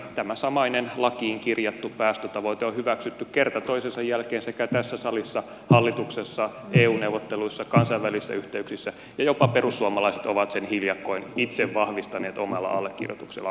tämä samainen lakiin kirjattu päästötavoite on hyväksytty kerta toisensa jälkeen sekä tässä salissa hallituksessa eu neuvotteluissa että kansainvälisissä yhteyksissä ja jopa perussuomalaiset ovat sen hiljakkoin itse vahvistaneet omalla allekirjoituksellaan